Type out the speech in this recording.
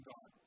God